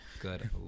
good